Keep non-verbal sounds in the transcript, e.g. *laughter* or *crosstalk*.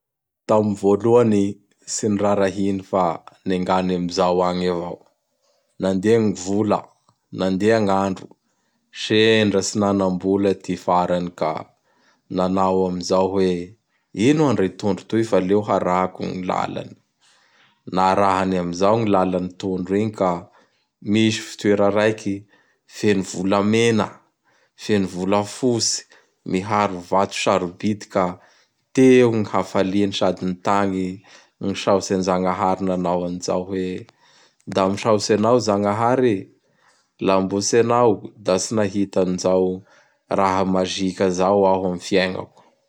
Tamin'ny voalohany, tsy nirarahiny fa *noise* nengany amzao agny avao. *noise* Nandeha gny vola, nandeha gn'andro. Sendra tsy nanambola ty farany ka *noise* nanao amzao hoe, ino andra i tondro toy fa leo harako gny lalany. Narahany amzao gn lalan'ny tondro igny ka misy fitoera raiky feno volamena, feno volafotsy miharo vato sarobidy ka teo gny hafaliany sady nitagny i nisaotsy an-Jagnahary nanao an zao hoe: Da misaotsy anao Zagnahary e!Laha mbô tsy Anao da tsy nahita an zao raha mazika zao iaho am fiaignako.